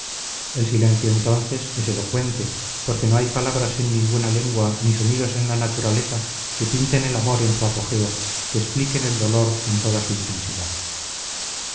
el silencio entonces es elocuente porque no hay palabras en ninguna lengua ni sonidos en la naturaleza que pinten el amor en su apogeo que expliquen el dolor en toda su intensidad